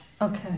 Okay